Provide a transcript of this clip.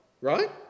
right